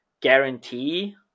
guarantee